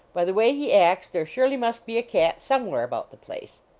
by the way he acts there surely must be a cat somewhere about the place.